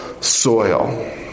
soil